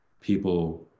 people